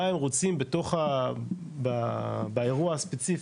מה הם רוצים באירוע הספציפי.